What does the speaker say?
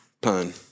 pun